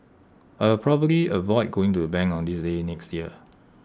I will probably avoid going to the bank on this day next year